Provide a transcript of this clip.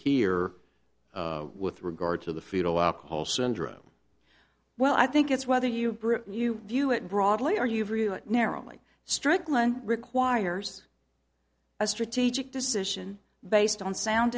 here with regard to the fetal alcohol syndrome well i think it's whether you you view it broadly or you view it narrowly strickland requires a strategic decision based on sound